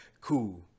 cool